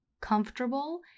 comfortable